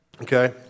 okay